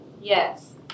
Yes